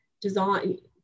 design